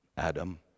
Adam